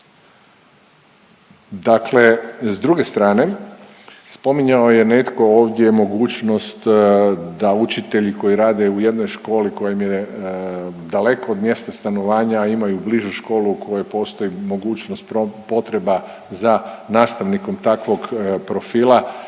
Dakle, s druge strane spominjao je netko ovdje mogućnost da učitelji koji rade u jednoj školi koja im je daleko od mjesta stanovanja, a imaju bližu školu u kojoj postoji mogućnost, potreba za nastavnikom takvom profila,